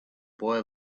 boy